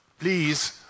please